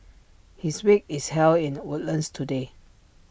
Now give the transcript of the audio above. his wake is held in Woodlands today